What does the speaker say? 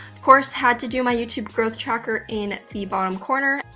course, had to do my youtube growth tracker in the bottom corner.